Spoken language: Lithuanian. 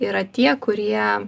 yra tie kurie